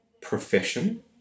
profession